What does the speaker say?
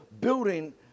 building